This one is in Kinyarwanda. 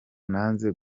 nanze